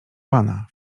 pana